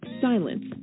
silence